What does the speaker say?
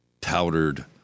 powdered